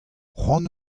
cʼhoant